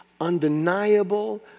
undeniable